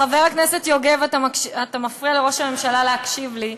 חבר הכנסת יוגב, אתה מפריע לראש הממשלה להקשיב לי.